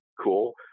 cool